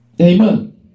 Amen